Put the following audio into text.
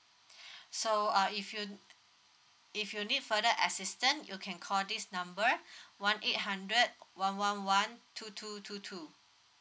so uh if you if you need further assistance you can call this number one eight hundred one one one two two two two